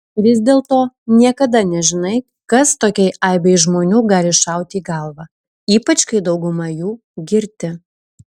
vis dėlto niekada nežinai kas tokiai aibei žmonių gali šauti į galvą ypač kai dauguma jų girti